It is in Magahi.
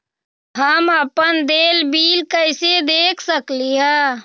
हम अपन देल बिल कैसे देख सकली ह?